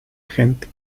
gente